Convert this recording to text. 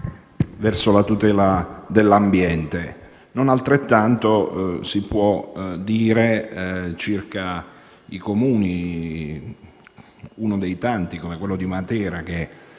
verso la tutela dell'ambiente. Non altrettanto si può dire circa i Comuni, uno tra tanti quello di Matera che